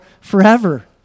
forever